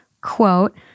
quote